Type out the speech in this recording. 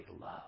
love